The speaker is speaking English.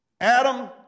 Adam